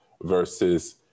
versus